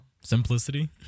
Simplicity